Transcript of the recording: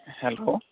hello